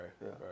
right